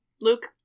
Luke